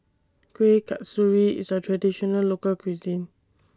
Kueh Kasturi IS A Traditional Local Cuisine